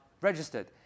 registered